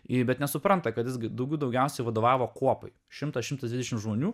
ei bet nesupranta kad jis gi daugių daugiausia vadovavo kuopai šimtas šimtui dvidešimt žmonių